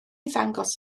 ddangos